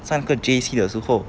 上个 J_C 的时候